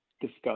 discuss